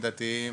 דתיים,